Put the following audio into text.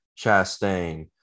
Chastain